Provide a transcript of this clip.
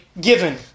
Given